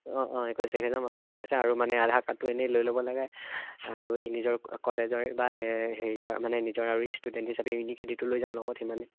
অঁ অঁ একৈছ তাৰিখে যাম অঁ ঠিক আছে আৰু মানে আধা আৰু নিজৰ কলেজৰে বা হেৰিয়ৰ নিজৰ ষ্টুডেণ্ট হিচাপে